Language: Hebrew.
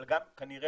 אבל גם כנראה